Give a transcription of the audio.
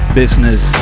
business